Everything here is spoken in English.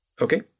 Okay